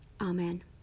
Amen